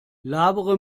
labere